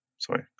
Sorry